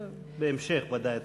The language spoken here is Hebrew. בהמשך, ודאי.